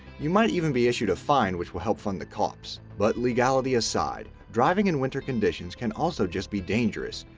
you might even be issued a fine that will help fund the cops. but legality aside, driving in winter conditions can also just be dangerous,